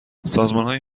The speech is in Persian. سازمانهایی